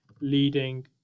leading